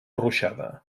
ruixada